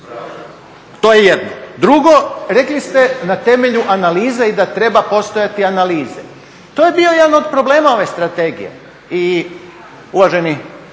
To je jedno. Drugo, rekli ste da na temelju analize i da treba postojati analize, to je bio jedan od problema ove strategije